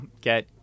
get